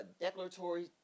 declaratory